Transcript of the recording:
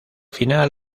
final